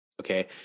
okay